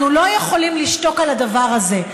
אנחנו לא יכולים לשתוק על הדבר הזה.